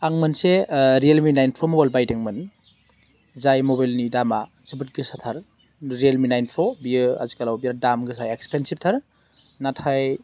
आं मोनसे Realme nine Pro mobile बायदोंमोन जाय मबाइलनि दामा जोबोद गोसाथार रियेलमि नाइन प्र' बेयो आथिखालाव बिराद दाम गोसा इक्सपेनसिपथार नाथाय